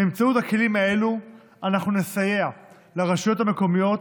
באמצעות הכלים האלו אנו נסייע לרשויות המקומיות